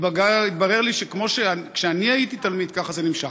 התברר לי שכמו כשאני הייתי תלמיד, ככה זה נמשך.